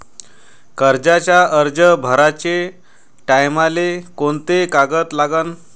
कर्जाचा अर्ज भराचे टायमाले कोंते कागद लागन?